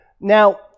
Now